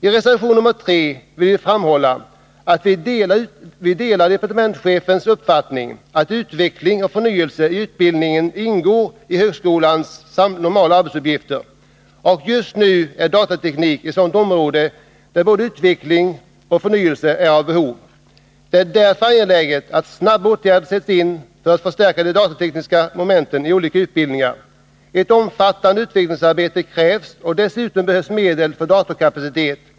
I reservation 3 vill vi framhålla att vi delar departementschefens uppfattning att utveckling och förnyelse i utbildningen ingår i högskolans normala arbetsuppgifter. Just nu är datateknik ett sådant område där det finns behov av både utveckling och förnyelse. Det är därför angeläget att snara åtgärder sätts in för att förstärka de datatekniska momenten i olika utbildningar. Ett omfattande utvecklingsarbete krävs, och dessutom behövs medel för datorkapacitet.